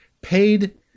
paid